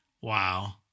Wow